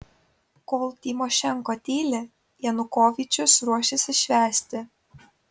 kol tymošenko tyli janukovyčius ruošiasi švęsti